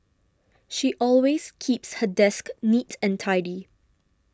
she always keeps her desk neat and tidy